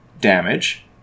damage